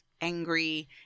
angry